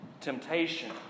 Temptation